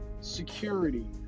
security